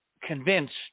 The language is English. convinced